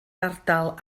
ardal